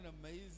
amazing